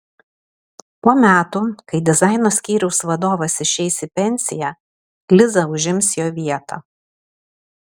po metų kai dizaino skyriaus vadovas išeis į pensiją liza užims jo vietą